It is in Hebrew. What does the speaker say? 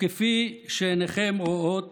וכפי שעיניכם רואות,